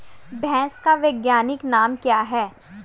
भैंस का वैज्ञानिक नाम क्या है?